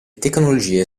tecnologie